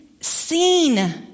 seen